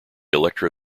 electro